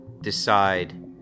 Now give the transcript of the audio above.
decide